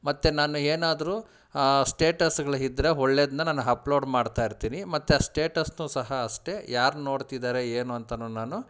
ಮತ್ತು ನಾನು ಏನಾದರೂ ಸ್ಟೇಟಸ್ಗಳು ಇದ್ರೆ ಒಳ್ಳೇದನ್ನ ನಾನು ಅಪ್ಲೋಡ್ ಮಾಡ್ತಾ ಇರ್ತೀನಿ ಮತ್ತು ಆ ಸ್ಟೇಟಸ್ಸನ್ನೂ ಸಹ ಅಷ್ಟೇ ಯಾರು ನೋಡ್ತಿದ್ದಾರೆ ಏನು ಅಂತಾನು ನಾನು